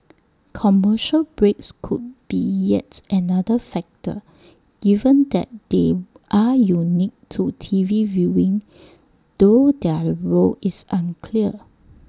commercial breaks could be yet another factor given that they are unique to T V viewing though their role is unclear